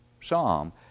psalm